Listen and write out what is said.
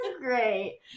great